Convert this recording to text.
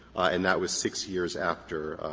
and that was six years after